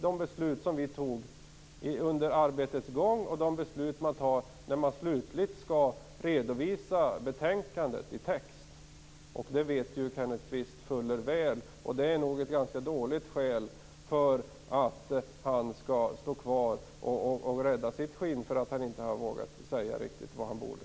De beslut som vi fattade under arbetets gång och de beslut man fattar när man slutligt skall redovisa betänkandet i text gäller ju inte samma sak. Det vet ju Kenneth Kvist fuller väl. Detta är ett ganska dåligt skäl till att han skall stå kvar och rädda sitt skinn därför att han inte riktigt har vågat säga vad han borde.